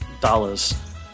dollars